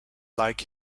like